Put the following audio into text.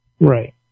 Right